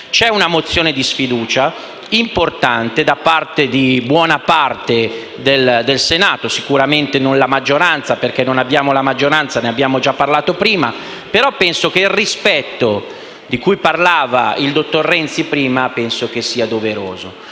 C'è una mozione di sfiducia importante, promossa da buona parte del Senato, sicuramente non la maggioranza perché non abbiamo la maggioranza (ne abbiamo già parlato), però penso che il rispetto di cui ha parlato il dottor Renzi poc'anzi sia doveroso.